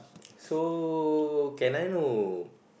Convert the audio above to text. so can I know